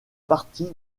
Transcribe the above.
partie